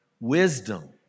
Wisdom